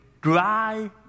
dry